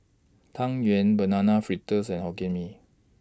Tang Yuen Banana Fritters and Hokkien Mee